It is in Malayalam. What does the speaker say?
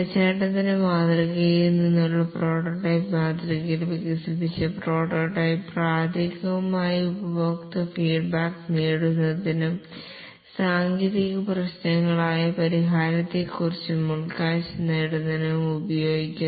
വാട്ടർഫാൾ മാതൃകയിൽ നിന്നുള്ള പ്രോട്ടോടൈപ്പിംഗ് മാതൃകയിൽ വികസിപ്പിച്ച പ്രോട്ടോടൈപ്പ് പ്രാഥമികമായി ഉപഭോക്തൃ ഫീഡ്ബാക്ക് നേടുന്നതിനും സാങ്കേതിക പ്രശ്നങ്ങളായ പരിഹാരത്തെക്കുറിച്ച് ഉൾക്കാഴ്ച നേടുന്നതിനും ഉപയോഗിക്കുന്നു